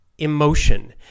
emotion